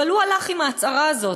אבל הוא הלך עם ההצהרה הזאת,